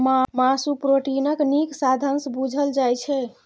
मासु प्रोटीनक नीक साधंश बुझल जाइ छै